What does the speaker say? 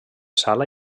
sala